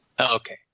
Okay